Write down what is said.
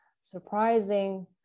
surprising